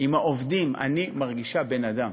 עם העובדים, אני מרגישה בן-אדם.